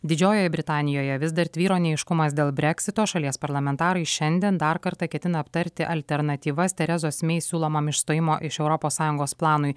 didžiojoje britanijoje vis dar tvyro neaiškumas dėl breksito šalies parlamentarai šiandien dar kartą ketina aptarti alternatyvas terezos mei siūlomam išstojimo iš europos sąjungos planui